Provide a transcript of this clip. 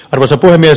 arvoisa puhemies